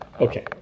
Okay